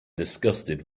disgusted